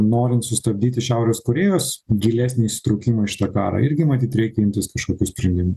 norint sustabdyti šiaurės korėjos gilesnį įsitraukimą į šitą karą irgi matyt reikia imtis kažkokių sprendimų